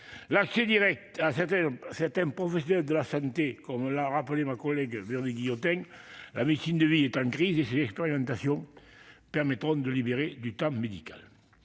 l'accès direct à certains professionnels de santé. Comme l'a rappelé ma collègue Véronique Guillotin, la médecine de ville est en crise et ces expérimentations permettront de libérer du temps médical.